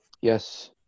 Yes